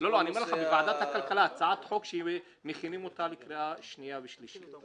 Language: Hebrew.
בוועדת הכלכלה שמכינים אותה לקריאה שנייה ושלישית.